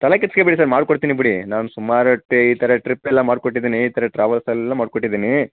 ತಲೆಕೆಡಿಸ್ಕೊಳ್ಬೇಡಿ sir ಮಾಡ್ಕೊಡ್ತೀನಿ ಬಿಡಿ ನಾನು ಸುಮರೊಟ್ಟಿ ಈ ಥರ ಟ್ರಿಪ್ಪೆಲ್ಲ ಮಾಡ್ಕೊಟ್ಟಿದ್ದೀನಿ ಈ ಥರ ಟ್ರಾವಲ್ಸಲ್ಲೆಲ್ಲ ಮಾಡ್ಕೊಟ್ಟಿದ್ದೀನಿ